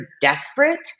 desperate